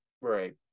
Right